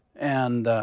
and